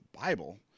Bible